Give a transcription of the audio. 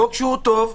חוק שהוא טוב.